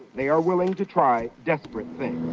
they are willing to try desperate things.